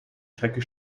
strecke